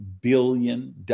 billion